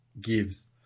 gives